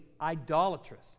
idolatrous